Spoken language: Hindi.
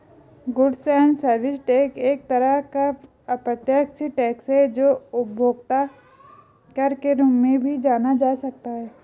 गुड्स एंड सर्विस टैक्स एक तरह का अप्रत्यक्ष टैक्स है जो उपभोक्ता कर के रूप में भी जाना जा सकता है